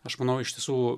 aš manau iš tiesų